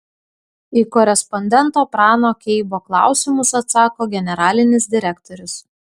į korespondento prano keibo klausimus atsako generalinis direktorius